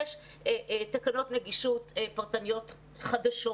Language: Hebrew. יש תקנות נגישות פרטניות חדשות